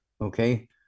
okay